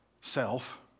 self